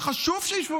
שחשוב שישבו